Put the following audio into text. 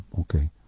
okay